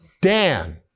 Dan